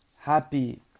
Happy